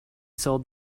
sold